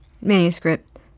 manuscript